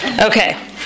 Okay